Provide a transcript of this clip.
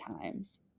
times